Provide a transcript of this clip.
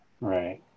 right